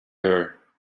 her